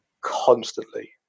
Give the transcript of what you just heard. constantly